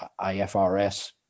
IFRS